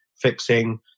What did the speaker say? fixing